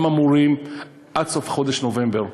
הם אמורים עד סוף חודש נובמבר,